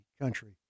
country